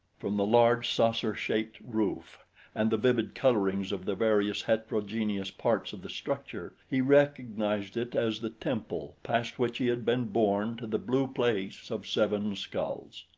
from the large saucer-shaped roof and the vivid colorings of the various heterogeneous parts of the structure he recognized it as the temple past which he had been borne to the blue place of seven skulls.